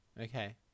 Okay